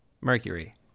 Mercury